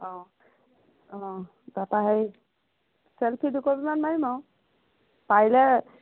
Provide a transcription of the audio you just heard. অঁ অঁ তাপা হেৰি ছেল্ফি দুকপীমান মাৰিম আৰু পাৰিলে